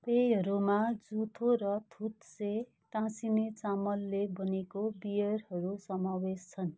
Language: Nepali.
पेयहरूमा जुथो र थुत्से टाँसिने चामलले बनेको बियरहरू समावेश छन्